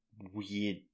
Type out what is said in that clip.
weird